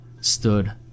stood